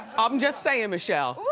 i'm just sayin', michelle.